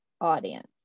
audience